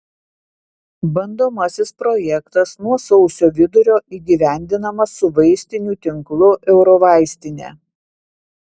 bandomasis projektas nuo sausio vidurio įgyvendinamas su vaistinių tinklu eurovaistinė